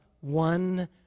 one